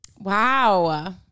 Wow